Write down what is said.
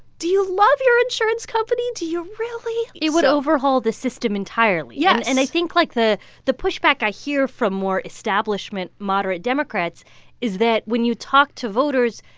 do you love your insurance company? do you really? it would overhaul the system entirely yes yeah and i think, like, the the pushback i hear from more establishment moderate democrats is that when you talk to voters,